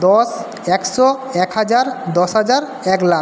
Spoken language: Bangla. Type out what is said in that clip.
দশ একশো এক হাজার দশ হাজার এক লাখ